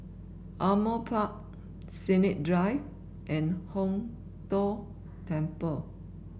Ardmore Park Sennett Drive and Hong Tho Temple